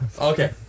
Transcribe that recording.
Okay